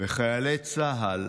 וחיילי צה"ל